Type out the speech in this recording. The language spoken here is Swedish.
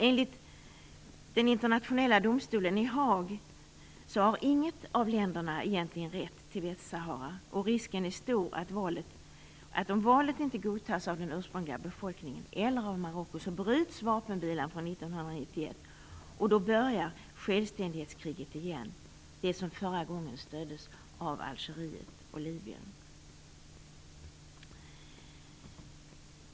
Enligt den internationella domstolen i Haag har egentligen inget av länderna rätt till Västsahara. Om valet inte godtas av den ursprungliga befolkningen eller av Marocko är risken stor att vapenvilan från 1991 bryts. Då börjar självständighetskriget igen, det som förra gången stöddes av Algeriet och Libyen.